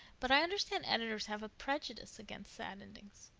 but i understand editors have a prejudice against sad endings.